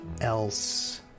else